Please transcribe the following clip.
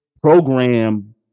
program